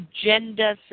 agenda